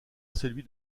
celui